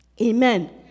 Amen